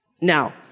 Now